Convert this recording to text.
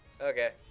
Okay